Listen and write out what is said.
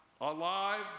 alive